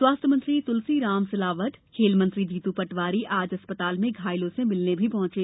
स्वास्थ्य मंत्री तुलसीराम सिलावट और खेल मंत्री जीतू पटवारी आज अस्पताल में घायलों से मिलने भी पहुंचे